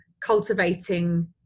cultivating